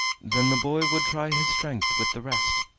then the boy would try his strength with the rest,